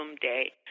day